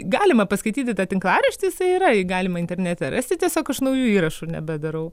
galima paskaityti tą tinklaraštį jisai yra galima internete rasti tiesiog aš naujų įrašų nebedarau